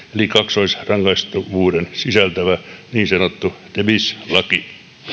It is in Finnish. eli kaksoisrangaistavuuden sisältävä niin sanottu ne bis laki